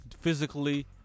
physically